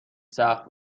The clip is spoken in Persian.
سقف